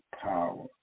power